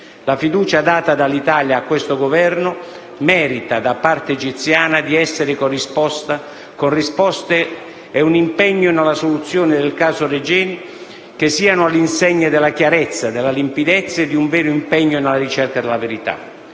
La fiducia data dall'Italia a tale Governo merita, da parte egiziana, di essere contraccambiata con risposte e un impegno nella soluzione del caso Regeni che siano all'insegna della chiarezza, della limpidezza e di un vero impegno nella ricerca della verità.